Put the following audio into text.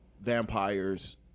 vampires